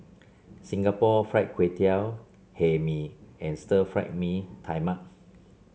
Singapore Fried Kway Tiao Hae Mee and Stir Fried Mee Tai Mak